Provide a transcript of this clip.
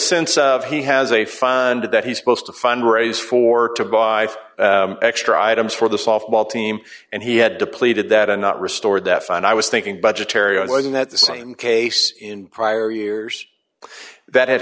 sense of he has a fund that he's supposed to fundraise for to buy extra items for the softball team and he had depleted that and not restored that fine i was thinking budgetary i was in that the same case in prior years d that had